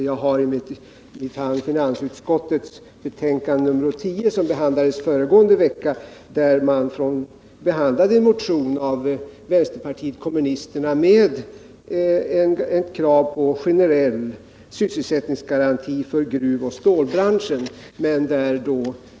Jag har i min hand finansutskottets betänkande nr 10, som behandlades föregående vecka, där man behandlar en motion från vänsterpartiet kommunisterna med ett krav på generell sysselsättningsgaranti för gruvoch stålbranschen.